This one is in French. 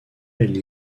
belle